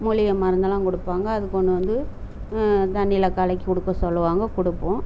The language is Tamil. மூலிகை மருந்துலாம் கொடுப்பாங்க அதை கொண்டு வந்து தண்ணியில் கலக்கிக் கொடுக்க சொல்லுவாங்க கொடுப்போம்